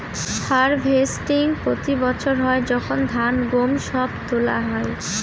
harvesting প্রতি বছর হয় যখন ধান, গম সব তোলা হয়